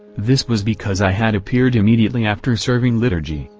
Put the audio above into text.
this was because i had appeared immediately after serving liturgy,